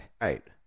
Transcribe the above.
Right